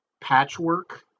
Patchwork